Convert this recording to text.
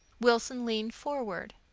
wilson leaned forward.